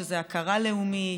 שזה הכרה לאומית,